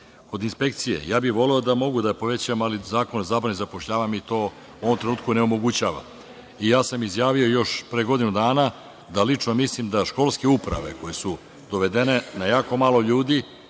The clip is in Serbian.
inspekcije, ja bih voleo da mogu da povećam, ali Zakon o zabrani zapošljavanja mi to u ovom trenutku onemogućava. Ja sam izjavio još pre godinu dana da lično mislim da školske uprave koje su dovedene na jako malo ljudi,